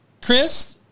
Chris